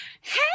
hey